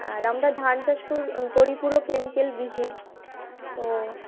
আর আমরা ধান চাষ করি পুরো কেমিকেল বিহীন ও